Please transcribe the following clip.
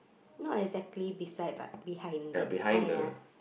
not exactly beside but behind it ah ya